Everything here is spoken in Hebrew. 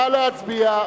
נא להצביע.